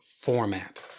format